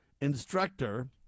instructor